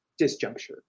disjuncture